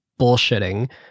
bullshitting